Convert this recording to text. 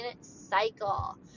cycle